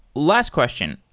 last question.